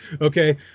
Okay